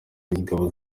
ingabo